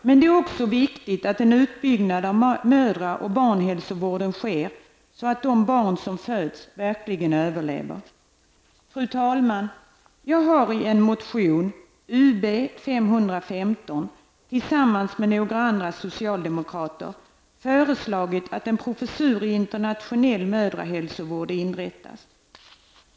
Men det är också viktigt att en utbyggnad av mödra och barnhälsovården sker, så att de barn som föds verkligen överlever. Fru talman! Jag har i en motion, Ub515, tillsammans med några andra socialdemokrater föreslagit att en professur i internationell mödrahälsovård inrättas.